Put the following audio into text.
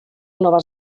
nova